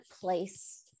place